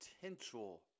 potential